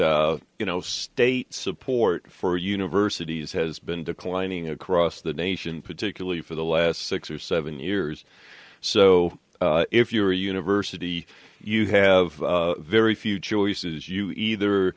you know state support for universities has been declining across the nation particularly for the last six or seven years so if you're a university you have very few choices you either